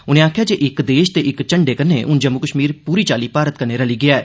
उनें आक्खेया जे 'इक देश ते इक झंडे' कन्ने हुंन जम्मू कश्मीर पूरी चाल्ली भारत कन्ने रली गेआ ऐ